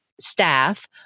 staff